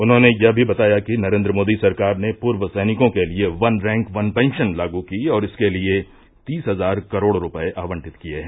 उन्होंने यह भी बताया कि नरेन्द्र मोदी सरकार ने पूर्व सैनिकों के लिए वन रैंक वन पेंशन लागू की और इसके लिए तीस हज़ार करोड़ रूपये आवंटित किये हैं